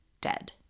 dead